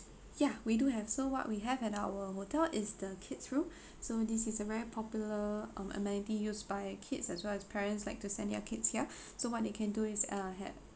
ya we do have so what we have at our hotel is the kids room so this is a very popular um amenity used by kids as well as parents like to send their kids here so what they can do is uh